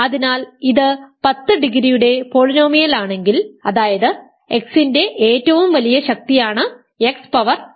അതിനാൽ ഇത് 10 ഡിഗ്രിയുടെ പോളിനോമിയൽ ആണെങ്കിൽ അതായത് x ന്റെ ഏറ്റവും വലിയ ശക്തിയാണ് x പവർ 10